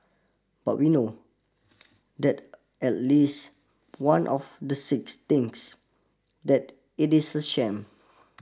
but we know that at least one of the six thinks that it is a sham